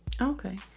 Okay